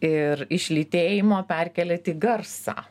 ir iš lytėjimo perkeliat į garsą